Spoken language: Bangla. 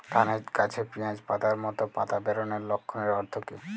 ধানের গাছে পিয়াজ পাতার মতো পাতা বেরোনোর লক্ষণের অর্থ কী?